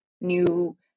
new